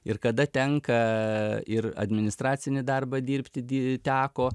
ir kada tenka ir administracinį darbą dirbti di teko